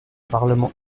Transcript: parlement